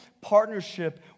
partnership